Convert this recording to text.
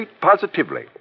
positively